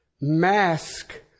mask